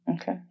okay